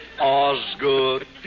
Osgood